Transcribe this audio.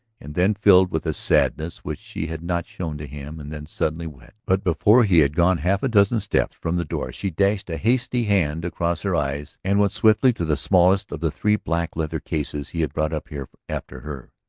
and then filled with a sadness which she had not shown to him, and then suddenly wet. but before he had gone half a dozen steps from the door she dashed a hasty hand across her eyes and went swiftly to the smallest of the three black leather cases he had brought up here after her.